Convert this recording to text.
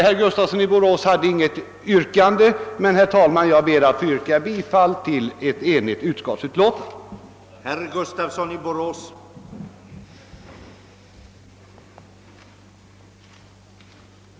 Herr Gustafsson i Borås hade inget yrkande, men, herr talman, jag ber att få yrka bifall till ett enigt utskotts hemställan.